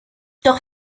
doch